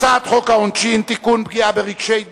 הצעת חוק העונשין (תיקון, פגיעה ברגשי דת),